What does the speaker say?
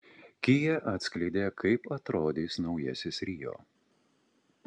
kia atskleidė kaip atrodys naujasis rio